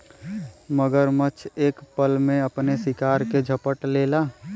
मगरमच्छ एक पल में अपने शिकार के झपट लेला